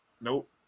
Nope